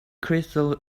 crystal